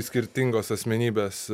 skirtingos asmenybės